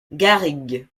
garrigues